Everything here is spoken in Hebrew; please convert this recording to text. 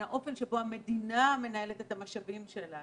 האופן שבו המדינה מנהלת את המשאבים שלה,